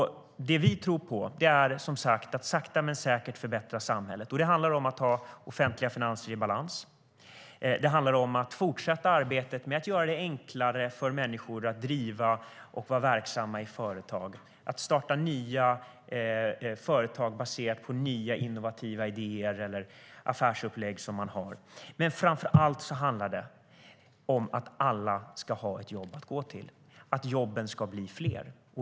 Det vi tror på är att sakta men säkert förbättra samhället. Det handlar om att ha offentliga finanser i balans och att fortsätta arbetet med att göra det enklare för människor att driva och vara verksamma i företag och att starta nya företag baserat på nya innovativa idéer eller affärsupplägg som de har. Men framför allt handlar det om att alla ska ha ett jobb att gå till och att jobben ska bli fler.